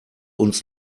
uns